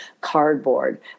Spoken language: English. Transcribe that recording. cardboard